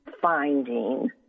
finding